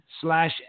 slash